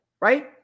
right